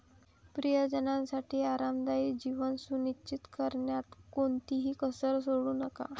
प्रियजनांसाठी आरामदायी जीवन सुनिश्चित करण्यात कोणतीही कसर सोडू नका